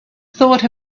thought